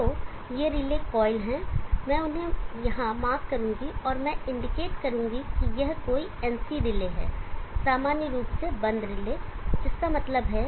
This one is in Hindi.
तो ये रिले कॉइल हैं मैं उन्हें यहां मार्क करूंगा और मैं इंडिकेट करूंगा कि यह कोई NC रिले है सामान्य रूप से बंद रिले जो इसका मतलब है